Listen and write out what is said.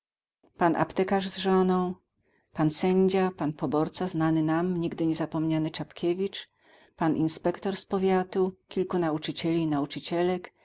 pan aptekarz z żoną pan sędzia pan poborca znany nam nigdy nie zapomniany czapkiewicz pan inspektor z powiatu kilku nauczycieli i nauczycielek